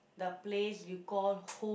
the place you call home